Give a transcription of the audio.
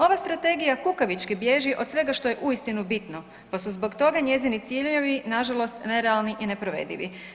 Ova strategija kukavički bježi od svega što je uistinu bitno, pa su zbog toga njezini ciljevi nažalost nerealni i neprovedivi.